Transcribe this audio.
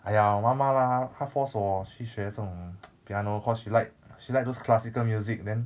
!aiya! 我妈妈 mah 她 force 我去学这种 piano cause she like she like those classical music and then